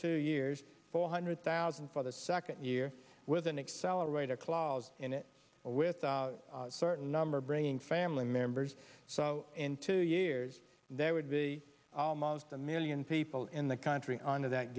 two years four hundred thousand for the second year with an accelerator clause in it with a certain number bringing family members so in two years there would be almost a million people in the country under that